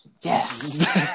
yes